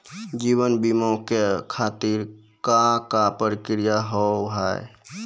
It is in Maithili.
जीवन बीमा के खातिर का का प्रक्रिया हाव हाय?